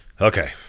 Okay